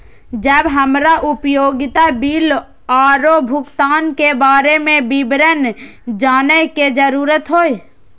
जब हमरा उपयोगिता बिल आरो भुगतान के बारे में विवरण जानय के जरुरत होय?